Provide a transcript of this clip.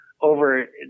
over